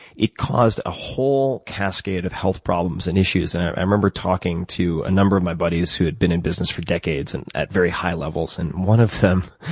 it caused a whole cascade of health problems and issues. and i remember talking to a number of my buddies who had been in business for decades and at very high levels. and one of them,